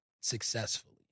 successfully